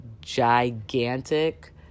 gigantic